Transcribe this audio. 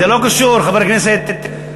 הוגשו שלוש הצעות של חברי כנסת ערבים,